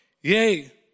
Yay